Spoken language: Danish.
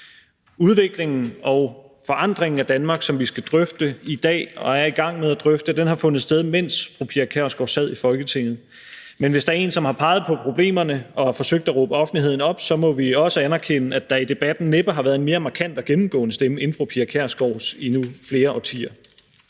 Udviklingen og forandringen af Danmark, som vi skal drøfte i dag og er i gang med at drøfte, har fundet sted, mens fru Pia Kjærsgaard sad i Folketinget. Men hvis der er en, som har peget på problemerne og har forsøgt at råbe offentligheden op, må vi også anerkende, at der i debatten næppe har været en mere markant og gennemgående stemme end fru Pia Kjærsgaards i nu flere årtier.